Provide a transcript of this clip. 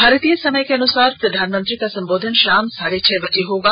भारतीय समय के अनुसार प्रधानमंत्री का संबोधन शाम करीब साढ़े छह बजे होगा